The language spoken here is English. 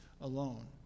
alone